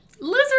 Lizard